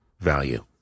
value